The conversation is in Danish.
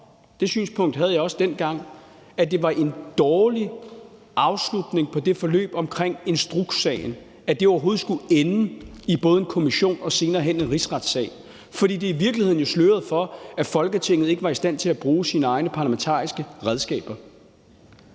det synspunkt havde jeg også dengang – at det var en dårlig afslutning på det forløb omkring instrukssagen, at det overhovedet skulle ende i både en kommission og senere hen en rigsretssag, fordi det jo i virkeligheden slørede for, at Folketinget ikke var i stand til at bruge sine egne parlamentariske redskaber.